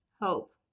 hope